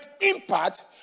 impact